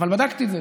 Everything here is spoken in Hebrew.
אבל בדקתי את זה.